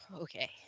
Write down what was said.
Okay